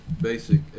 basic